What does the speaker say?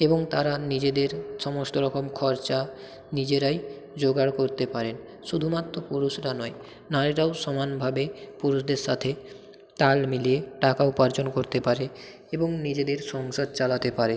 এবং তারা নিজেদের সমস্ত রকম খরচা নিজেরাই জোগাড় করতে পারেন শুধুমাত্র পুরুষরা নয় নারীরাও সমানভাবে পুরুষদের সাথে তাল মিলিয়ে টাকা উপার্জন করতে পারে এবং নিজেদের সংসার চালাতে পারে